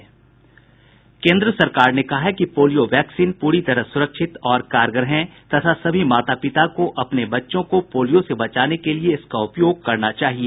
केन्द्र सरकार ने कहा है कि पोलियो वैक्सीन प्री तरह सुरक्षित और कारगर हैं तथा सभी माता पिता को अपने बच्चों को पोलियो से बचाने के लिए इसका उपयोग करना चाहिए